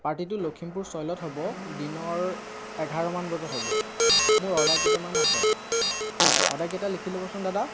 পাৰ্টিটো লখিমপুৰ ছইলত হ'ব দিনৰ এঘাৰমান বজাত হ'ব মোৰ অৰ্ডাৰ কেইটামান আছে অৰ্ডাৰকেইটা লিখি ল'বচোন দাদা